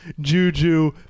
Juju